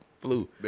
flu